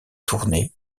tournées